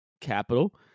capital